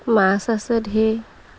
মাছ আছে ঢেৰ